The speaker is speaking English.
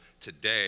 today